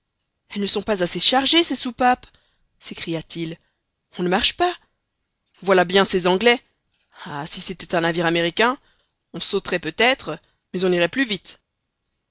elles ne sont pas assez chargées ces soupapes s'écria-t-il on ne marche pas voilà bien ces anglais ah si c'était un navire américain on sauterait peut-être mais on irait plus vite